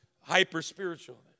hyper-spiritual